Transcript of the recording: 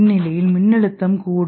இந்நிலையில் மின்னழுத்தம் கூடும்